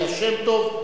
ליה שמטוב,